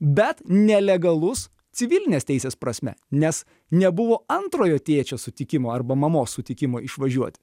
bet nelegalus civilinės teisės prasme nes nebuvo antrojo tėčio sutikimo arba mamos sutikimo išvažiuoti